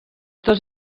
dos